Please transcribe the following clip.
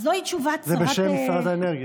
אז זו תשובת שרת האנרגיה, זה בשם שרת האנרגיה.